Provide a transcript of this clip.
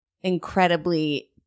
incredibly